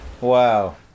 Wow